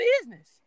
business